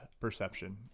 perception